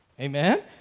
Amen